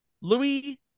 Louis